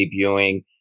debuting